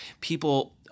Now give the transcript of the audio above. people